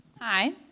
Hi